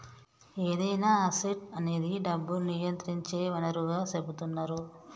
ఏదైనా అసెట్ అనేది డబ్బును నియంత్రించే వనరుగా సెపుతున్నరు